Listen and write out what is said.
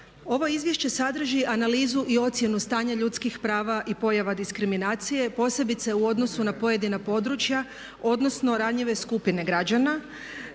Ovo izvješće sadrži analizu i ocjenu stanja ljudskih prava i pojava diskriminacije posebice u odnosu na pojedina područja odnosno ranjive skupine građana.